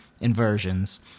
inversions